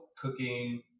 cooking